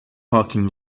parking